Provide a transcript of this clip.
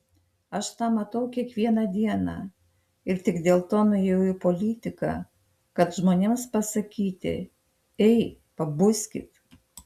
aš tą matau kiekvieną dieną ir tik dėl to nuėjau į politiką kad žmonėms pasakyti ei pabuskit